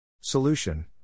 Solution